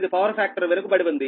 8 power factor వెనుకబడి ఉంది